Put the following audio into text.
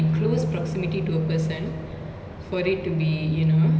definitely while it's annoying to wear mask everywhere right